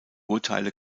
urteile